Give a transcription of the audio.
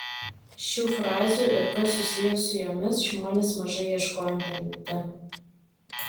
šių frazių ir kas susiję su jomis žmonės mažai ieško internete